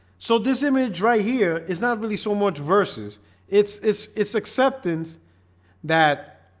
so this image right here is not really so much versus it's it's it's acceptance that